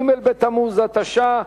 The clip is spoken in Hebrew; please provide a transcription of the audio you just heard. ג' בתמוז התש"ע,